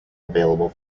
available